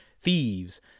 thieves